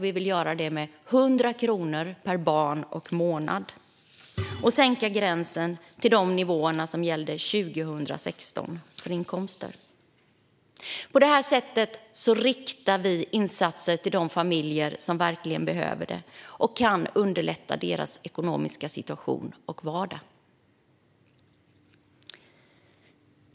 Vi vill göra det med 100 kronor per barn och månad och sänka gränsen för inkomster till de nivåer som gällde 2016. På detta sätt riktar vi insatser till de familjer som verkligen behöver dem, och vi kan underlätta deras ekonomiska situation och vardag.